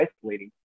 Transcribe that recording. isolating